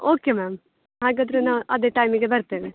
okay ma'am ಹಾಗಾದ್ರೆ ನಾ ಅದೇ ಟೈಮಿಗೆ ಬರ್ತೇನೆ